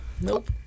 Nope